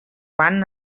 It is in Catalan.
van